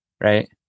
right